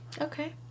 Okay